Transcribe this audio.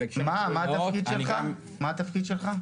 מה התפקיד שלך?